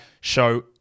show